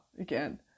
again